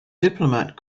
diplomat